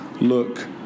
look